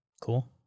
Cool